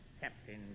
Captain